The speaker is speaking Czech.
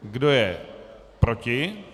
Kdo je proti?